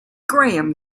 graham